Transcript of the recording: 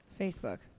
Facebook